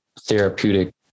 therapeutic